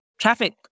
traffic